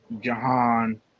Jahan